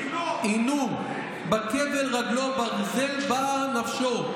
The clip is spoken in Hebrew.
ענו בכבל רגלו ברזל באה נפשו.